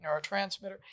neurotransmitter